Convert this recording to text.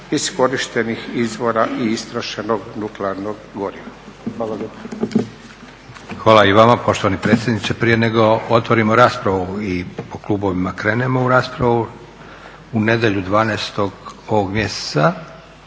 iskorištenih izvora i istrošenog nuklearnog goriva.